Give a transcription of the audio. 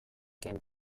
kent